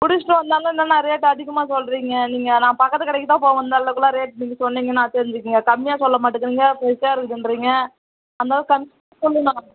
பிடிச்சிட்டு வந்தாலும் என்ன அண்ணா ரேட் அதிகமாக சொல்லுறீங்க நீங்கள் நான் பக்கத்து கடைக்கு தான் போவேன் இந்தளவுக்கு எல்லாம் ரேட் நீங்கள் சொன்னிங்கன்னா தெரிஞ்சிக்கங்க கம்மியாக சொல்ல மாட்டேங்கிறீங்க ஃப்ரெஷ்ஷாக இருக்குதுன்றிங்க அந்த அளவு கம்